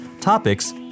topics